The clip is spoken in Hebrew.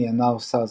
היא אינה עושה זאת.